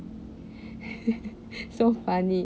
so funny